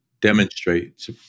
demonstrate